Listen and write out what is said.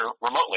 remotely